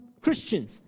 Christians